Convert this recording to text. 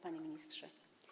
Panie Ministrze!